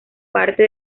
parte